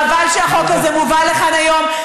חבל שהחוק הזה מובא לכאן היום.